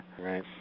right